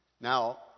Now